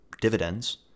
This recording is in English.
dividends